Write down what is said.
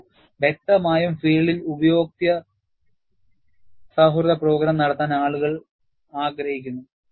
നോക്കൂ വ്യക്തമായും ഫീൽഡിൽ ഉപയോക്തൃ സൌഹൃദ പ്രോഗ്രാം നടത്താൻ ആളുകൾ ആഗ്രഹിക്കുന്നു